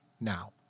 now